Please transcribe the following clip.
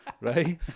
Right